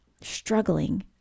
struggling